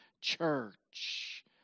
Church